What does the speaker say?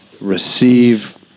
receive